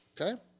okay